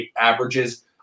averages